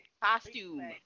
Costume